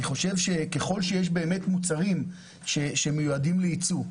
חושב שככל שיש באמת מוצרים שמיועדים לייצוא,